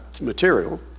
material